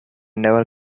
never